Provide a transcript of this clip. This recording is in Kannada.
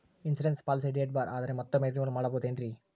ಇನ್ಸೂರೆನ್ಸ್ ಪಾಲಿಸಿ ಡೇಟ್ ಬಾರ್ ಆದರೆ ಮತ್ತೊಮ್ಮೆ ರಿನಿವಲ್ ಮಾಡಿಸಬಹುದೇ ಏನ್ರಿ?